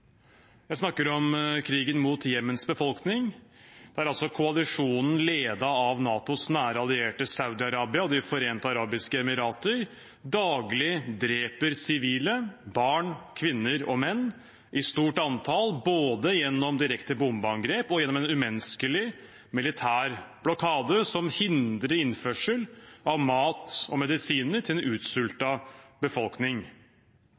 Jeg snakker om krigen mot Jemens befolkning, der altså koalisjonen ledet av NATOs nære allierte, Saudi-Arabia og De forente arabiske emirater, daglig dreper sivile – barn, kvinner og menn – i stort antall, både gjennom direkte bombeangrep og gjennom en umenneskelig militær blokade som hindrer innførsel av mat og medisiner til en utsultet befolkning.